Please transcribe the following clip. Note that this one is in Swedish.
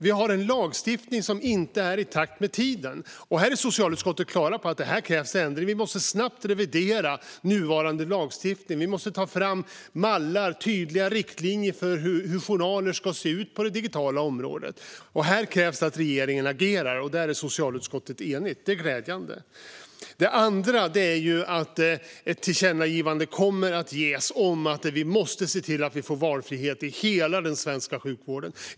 Vi har en lagstiftning som inte är i takt med tiden. Här är vi i socialutskottet klara över att det krävs en förändring. Vi måste snabbt revidera nuvarande lagstiftning och ta fram mallar - tydliga riktlinjer - för hur journaler ska se ut på det digitala området. Här krävs det att regeringen agerar, och i det är socialutskottet enigt. Det är glädjande. Nästa tillkännagivande som kommer att göras gäller att vi måste se till att vi får valfrihet i hela den svenska sjukvården.